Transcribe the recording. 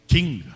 King